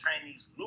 Chinese